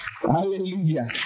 hallelujah